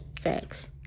facts